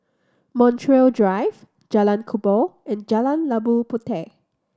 Montreal Drive Jalan Kubor and Jalan Labu Puteh